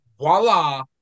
voila